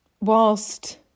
whilst